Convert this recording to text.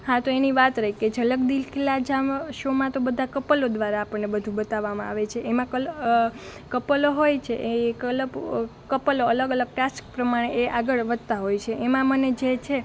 હા તો એની વાત રહી કે ઝલક દિખલા જા શૉમાં તો બધાં કપલો દ્વારા આપણને બધું બતાવવામાં આવે છે એમાં જે કપલો હોય છે એ કલપ એ કપલો અલગ અલગ ટાસ્ક પ્રમાણે એ આગળ વધતાં હોય છે એમાં મને જે છે